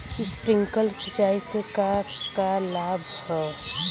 Sprinkler सिंचाई से का का लाभ ह?